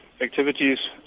activities